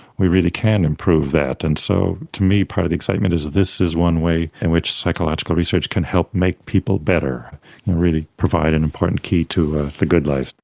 we really can improve that, and so to me part of the excitement is that this is one way in which psychological research can help make people better and really provide an important key to the good life.